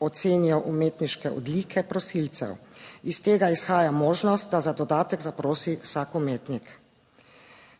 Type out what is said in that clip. ocenijo umetniške odlike prosilcev, iz tega izhaja možnost, da za dodatek zaprosi vsak umetnik.